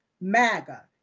MAGA